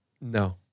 No